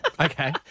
Okay